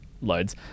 loads